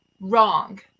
wrong